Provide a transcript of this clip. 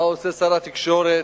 מה עושה שר התקשורת,